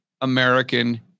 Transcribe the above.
American